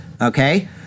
Okay